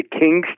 Kings